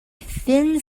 thin